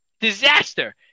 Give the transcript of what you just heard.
disaster